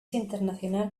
internacional